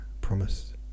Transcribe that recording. promise